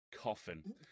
coffin